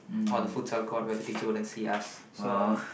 or the futsal court where the teacher where the teachers wouldn't see us so